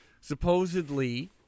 Supposedly